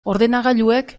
ordenagailuek